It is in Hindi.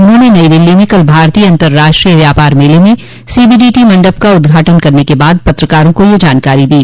उन्होंने नई दिल्ली में कल भारतीय अंतर्राष्ट्रीय व्यापार मेले में सीबीडी टी मंडप का उद्घाटन करने के बाद पत्रकारों को यह जानकारी दी